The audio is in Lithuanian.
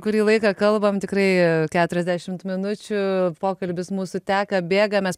kurį laiką kalbam tikrai keturiasdešimt minučių pokalbis mūsų teka bėga mes